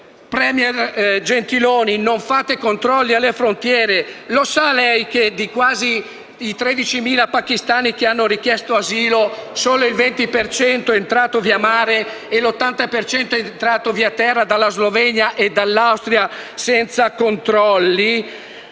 *Premier* Gentiloni, non fate controlli alle frontiere; lo sa lei che dei quasi 13.000 pakistani che hanno richiesto asilo, solo il 20 per cento è entrato via mare e l'80 per cento è entrato via terra, dalla Slovenia e dall'Austria, senza controlli?